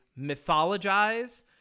mythologize